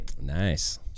Nice